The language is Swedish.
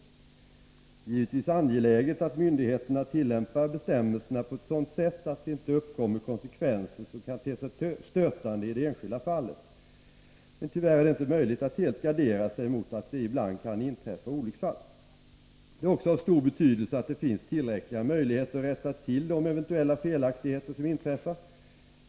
Det är givetvis angeläget att myndigheterna tillämpar bestämmelserna på ett sådant sätt att det inte uppkommer konsekvenser som kan te sig stötande i det enskilda fallet. Men tyvärr är det inte möjligt att helt gardera sig mot att det ibland kan inträffa olycksfall. Det är också av stor betydelse att det finns tillräckliga möjligheter att rätta till de eventuella felaktigheter som inträffar.